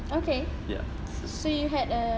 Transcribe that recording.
okay ya so you had a